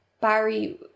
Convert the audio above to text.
Barry